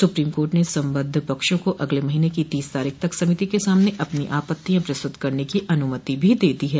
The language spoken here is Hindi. सुप्रीम कोर्ट ने सम्बद्ध पक्षों को अगले महीने की तीस तारीख तक समिति के सामने अपनी आपत्तियां प्रस्तुत करने की अनुमति भी दे दी है